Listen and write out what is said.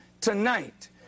tonight